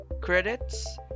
credits